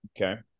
Okay